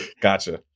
Gotcha